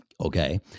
okay